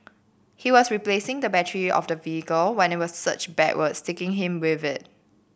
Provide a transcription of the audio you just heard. he was replacing the battery of the vehicle when it was surged backwards taking him with it